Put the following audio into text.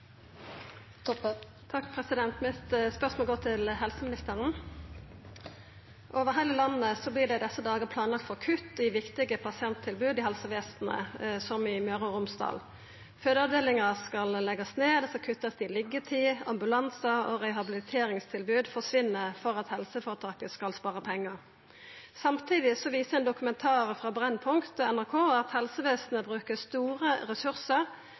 i desse dagar planlagt kutt i viktige pasienttilbod i helsevesenet, som i Møre og Romsdal. Fødeavdelingar skal leggjast ned, det skal kuttast i liggjetid, ambulansar og rehabiliteringstilbod forsvinn for at helseføretaket skal spara pengar. Samtidig viser ein dokumentar på NRK, i Brennpunkt, at helsevesenet brukar store ressursar